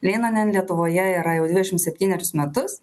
leinonen lietuvoje yra jau dvidešim septynerius metus